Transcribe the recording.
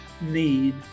need